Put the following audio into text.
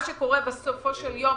מה שקורה כיום בסופו של יום,